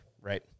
right